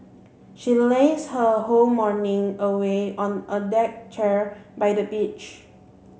she lazed her whole morning away on a deck chair by the beach